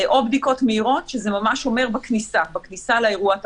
או בדיקות מהירות שזה ממש אומר בכניסה בכניסה לאירוע אתה